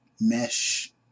mesh